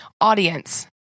audience